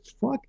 fuck